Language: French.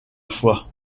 foie